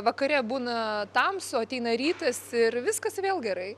vakare būna tamsu ateina rytas ir viskas vėl gerai